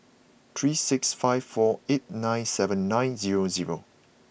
three six five four eight nine seven nine zero zero